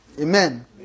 Amen